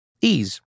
Ease